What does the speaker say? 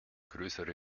größere